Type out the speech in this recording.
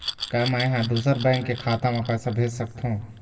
का मैं ह दूसर बैंक के खाता म पैसा भेज सकथों?